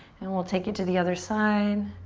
and we'll take it to the other side.